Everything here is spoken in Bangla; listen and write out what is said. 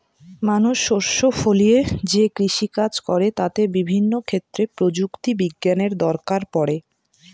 মানুষ শস্য ফলিয়ে যে কৃষিকাজ করে তাতে বিভিন্ন ক্ষেত্রে প্রযুক্তি বিজ্ঞানের দরকার পড়ে